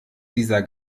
dieser